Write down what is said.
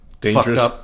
Dangerous